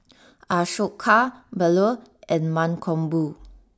Ashoka Bellur and Mankombu